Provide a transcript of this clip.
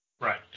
Right